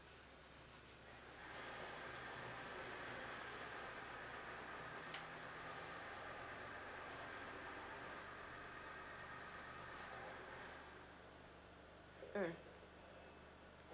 mm